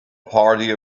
party